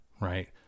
right